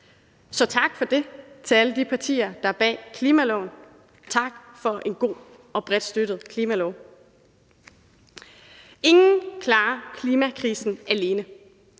Så tak for det til alle de partier, der er bag klimaloven. Tak for en god og bredt støttet klimalov. Kl. 11:56 Ingen klarer klimakrisen alene.